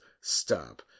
stop